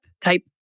type